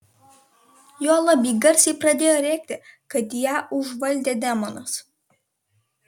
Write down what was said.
juolab ji garsiai pradėjo rėkti kad ją užvaldė demonas